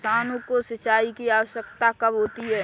किसानों को सिंचाई की आवश्यकता कब होती है?